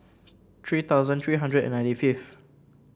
three thousand three hundred and ninety fifth